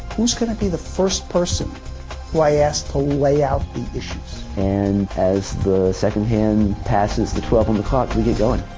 who's going to be the first person who i ask to lay out the issues? and as the second hand passes the twelve on the clock, we get going.